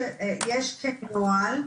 יש נוהל.